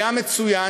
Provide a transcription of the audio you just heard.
היה מצוין,